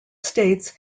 states